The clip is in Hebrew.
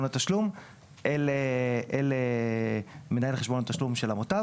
התשלום אל מנהל חשבון התשלום של המוטב,